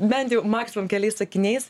bent jau maksimum keliais sakiniais